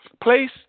place